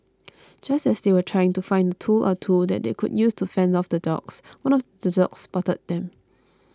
just as they were trying to find a tool or two that they could use to fend off the dogs one of the dogs spotted them